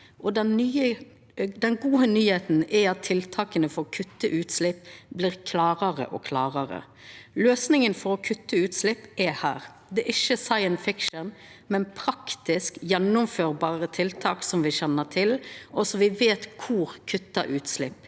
Den gode nyheita er at tiltaka for å kutta utslepp blir klarare og klarare. Løysinga for å kutta utslepp er her. Det er ikkje science fiction, men praktisk gjennomførlege tiltak som me kjenner til, og som me veit kvar kuttar utslepp.